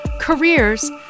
careers